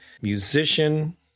Musician